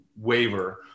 waiver